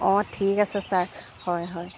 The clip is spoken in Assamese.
অঁ ঠিক আছে ছাৰ হয় হয়